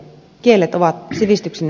kielet ovat sivistyksen